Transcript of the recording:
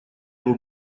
его